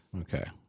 Okay